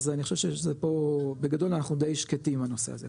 אז אני חושב שזה פה בגדול אנחנו די שקטים בעם הנושא הזה,